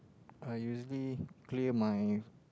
I usually clear my